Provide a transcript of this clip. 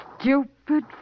stupid